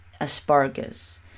Asparagus